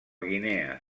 guinea